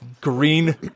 green